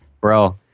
bro